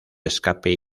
escape